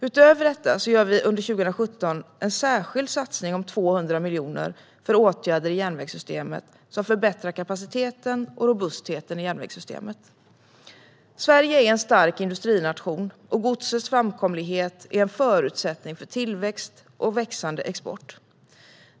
Utöver detta gör vi under 2017 en särskild satsning om 200 miljoner på åtgärder som förbättrar kapaciteten och robustheten i järnvägssystemet. Sverige är en stark industrination, och godsets framkomlighet är en förutsättning för tillväxt och växande export.